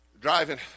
driving